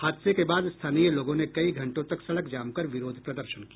हादसे के बाद स्थानीय लोगों ने कई घंटों तक सड़क जाम कर विरोध प्रदर्शन किया